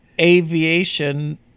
aviation